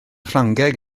ffrangeg